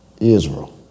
Israel